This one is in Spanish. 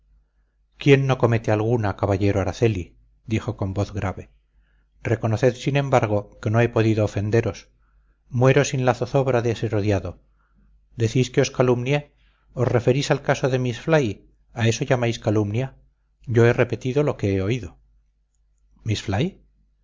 quién no comete alguna caballero araceli dijo con voz grave reconoced sin embargo que no he podido ofenderos muero sin la zozobra de ser odiado decís que os calumnié os referís al caso de miss fly y a eso llamáis calumnia yo he repetido lo que he oído miss